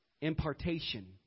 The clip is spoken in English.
impartation